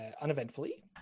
uneventfully